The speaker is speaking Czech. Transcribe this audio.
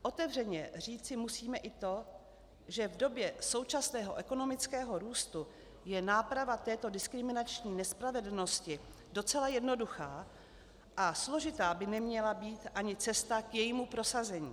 Otevřeně říci musíme i to, že v době současného ekonomického růstu je náprava této diskriminační nespravedlnosti docela jednoduchá a složitá by neměla být ani cesta k jejímu prosazení.